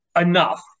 enough